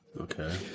Okay